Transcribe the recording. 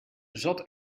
zat